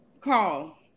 Carl